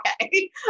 okay